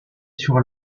sur